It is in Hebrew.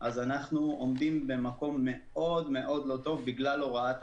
אז אנחנו עומדים במקום מאוד מאוד לא טוב בגלל הוראת הממשלה.